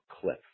cliff